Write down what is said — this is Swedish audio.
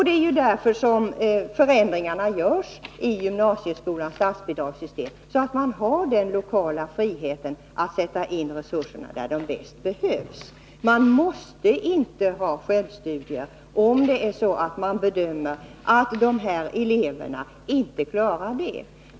Det är ju därför förändringarna görs i gymnasieskolans statsbidragssystem, så att man får den lokala friheten att sätta in resurserna där de bäst behövs. Man måste inte ha självstudier, om man bedömer att eleverna inte klarar det.